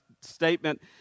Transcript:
statement